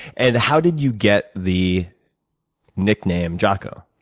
and how did you get the nickname jocko?